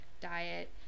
diet